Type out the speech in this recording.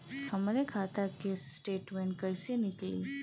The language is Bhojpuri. हमरे खाता के स्टेटमेंट कइसे निकली?